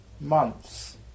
months